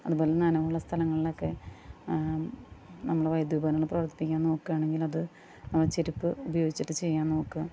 അതുപോലെ തന്നെ നനവുള്ള സ്ഥലങ്ങളിലൊക്കെ നമ്മള് വൈദ്യുതോപകരണങ്ങള് പ്രവർത്തിപ്പിക്കാൻ നോക്കുകയാണെങ്കിൽ അത് അത് ചെരുപ്പ് ഉപയോഗിച്ചിട്ട് ചെയ്യാൻ നോക്കുക